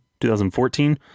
2014